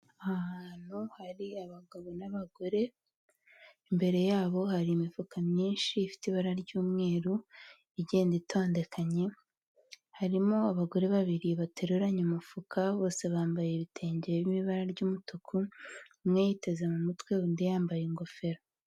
Ahantu hari abagabo n'abagore, imbere yabo hari imifuka myinshi ifite ibara ry'umweru igenda itondekanye, harimo abagore babiri bateruranye umufuka bose bambaye ibitenge birimo ibara ry'umutuku, umwe yiteze mu mutwe, undi yambaye ingofero.